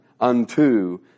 unto